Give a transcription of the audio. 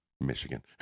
Michigan